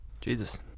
Jesus